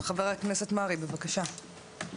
חבר הכנסת מרעי, בבקשה.